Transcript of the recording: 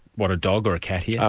what, a dog or a cat, here?